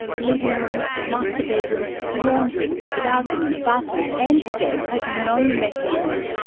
living room, master bedroom, laundry, balcony, bathroom and stairs had no meth in them.